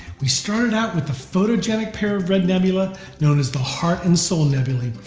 we started out with the photogenic pair of red nebulae known as the heart and soul nebulae,